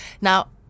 Now